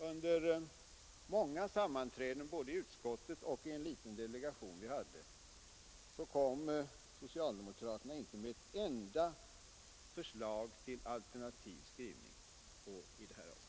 Under många sammanträden, både i utskottet och i en liten delegation som vi hade, kom socialdemokraterna inte med ett enda förslag till alternativ skrivning i detta avsnitt.